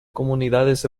comunidades